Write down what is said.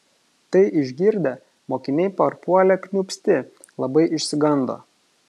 tai išgirdę mokiniai parpuolė kniūpsti labai išsigando